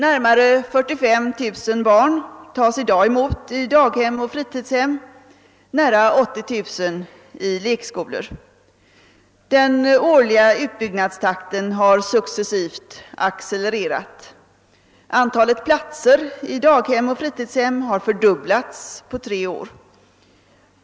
Nästan 45 000 barn tas i dag emot i daghem och fritidshem och nära 80 000 i lekskolor. Den årliga utbyggnadstakten har successivt accelererat. Antalet platser i daghem och fritidshem har fördubblats på tre år.